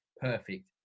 perfect